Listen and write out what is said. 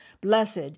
Blessed